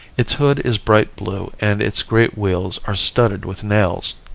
its hood is bright blue and its great wheels are studded with nails.